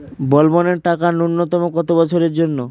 বলবনের টাকা ন্যূনতম কত বছরের জন্য?